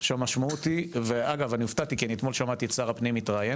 המשמעות היא והופתעתי כי אתמול שמעתי את שר הפנים מתראיין